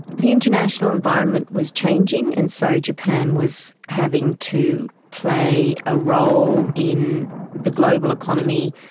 the international environment was changing, and so japan was having to play a role in the global economy,